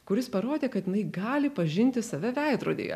kuris parodė kad jinai gali pažinti save veidrodyje